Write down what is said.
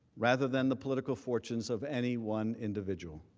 rather than the political fortunes of any one individual.